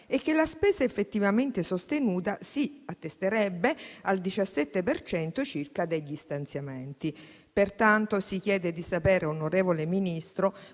e che la spesa effettivamente sostenuta si attesterebbe al 17 per cento circa degli stanziamenti. Pertanto, si chiede di sapere, onorevole Ministro,